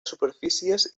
superfícies